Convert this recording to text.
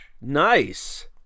Nice